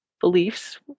beliefs